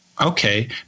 okay